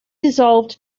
dissolved